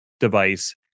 device